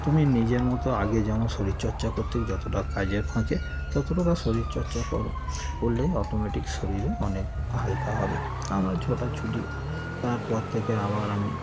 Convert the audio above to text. তুমি নিজের মতো আগে যেমন শরীরচর্চা করতে যতোটা কাজের ফাঁকে ততটুকু শরীরচর্চা করো করলেই অটোমেটিক শরীরে অনেক হালকা হবে আমরা ছোটাছুটি তারপর থেকে আবার আমি